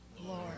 Lord